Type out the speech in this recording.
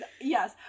yes